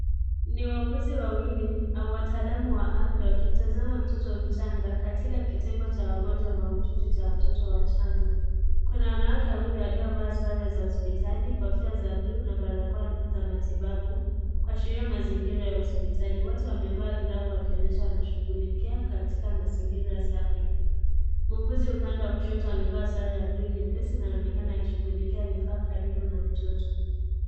Ni wauguzi wawili au wataalamu wa afya, wakimtazama mtoto mchanga katika kitengo cha wagonjwa mahututi cha watoto wachanga. Kuna wanawake wawili waliovaa sare za hospitali, kofia za blue na balakoa za matibabu, kuashiria mazingira ya hospitali. Wote wamevaa glavu wakionyesha wanashughulikia katika mazingira safi. Muuguzi upande wa kushoto amevaa sare ya blue nyepesi inayoonekana akishughulikia vifaa karibu na mtoto.